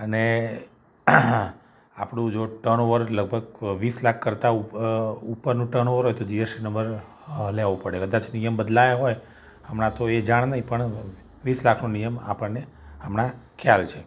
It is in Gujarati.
અને આપણું જો ટર્ન ઓવર લગભગ વીસ લાખ કરતાં ઉપરનું ટર્ન ઓવર હોય તો જી એસ નંબર લેવો પડે કદાચ નિયમ બદલાયા હોય હમણાં તો એ જાણ નથી પણ વીસ લાખનો નિયમ આપણને હમણાં ખ્યાલ છે